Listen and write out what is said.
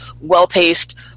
well-paced